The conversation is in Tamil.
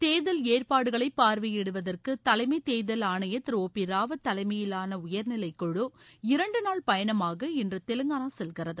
தேர்தல் ஏற்பாடுகளை பார்வையிடுவதற்கு தலைமைத் தேர்தல் ஆணையர் திரு ஒ பி ராவத் தலைமையிலான உயர்நிலைக்குழு இரண்டு நாள் பயணமாக இன்று தெலங்கானா செல்கிறது